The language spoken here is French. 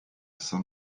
saint